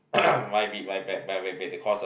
might be my bad the cost ah